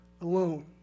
alone